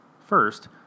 First